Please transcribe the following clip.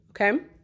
Okay